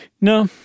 No